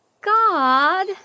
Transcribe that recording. God